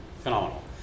phenomenal